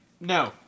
No